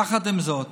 יחד עם זאת,